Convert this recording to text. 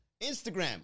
Instagram